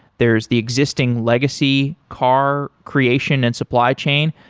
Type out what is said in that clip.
there's the existing legacy car creation and supply chain,